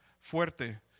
fuerte